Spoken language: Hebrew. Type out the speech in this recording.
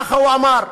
ככה הוא אמר.